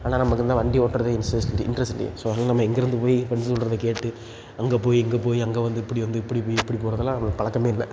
ஆனால் நமக்கு இந்த வண்டி ஓட்டுறது இன்செஸ்சிட்டி இன்ட்ரெஸ்ட் இல்லையே ஸோ அப்படினு நம்ம எங்கேருந்து போய் ஃப்ரெண்ட்ஸ் சொல்றதைக் கேட்டு அங்கேப் போய் இங்கேப் போய் அங்கே வந்து இப்படி வந்து இப்படி போய் இப்படி போவதெல்லாம் நமக்கு பழக்கமே இல்லை